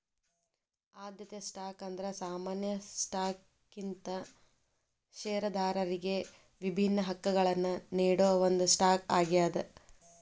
ಆದ್ಯತೆ ಸ್ಟಾಕ್ ಅಂದ್ರ ಸಾಮಾನ್ಯ ಸ್ಟಾಕ್ಗಿಂತ ಷೇರದಾರರಿಗಿ ವಿಭಿನ್ನ ಹಕ್ಕಗಳನ್ನ ನೇಡೋ ಒಂದ್ ಸ್ಟಾಕ್ ಆಗ್ಯಾದ